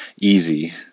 easy